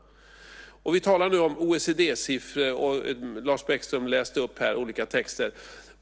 Vi talar nu om OECD-siffror, och Lars Bäckström läste upp olika texter.